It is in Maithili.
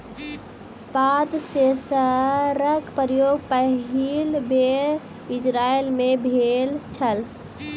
पात सेंसरक प्रयोग पहिल बेर इजरायल मे भेल छल